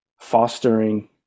fostering